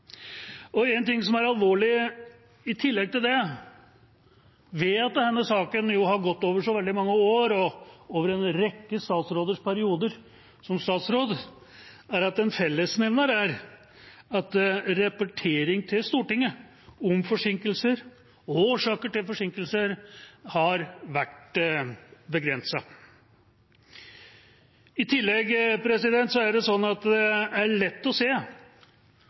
En ting som er alvorlig i tillegg til det, ved at denne saken har gått over så veldig mange år og over en rekke statsråders perioder som statsråd, er at en fellesnevner er at rapportering til Stortinget om forsinkelser og årsaker til forsinkelser har vært begrenset. I tillegg er det sånn at det er lett å se